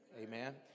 Amen